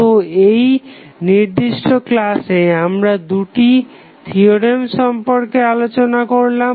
তো এই নির্দিষ্ট ক্লাসে আমরা দুটি থিওরেম সম্পর্কে আলোচনা করলাম